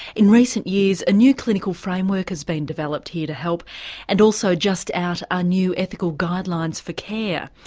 in recent years a new clinical framework has been developed here to help and also just out are new ethical guidelines for care.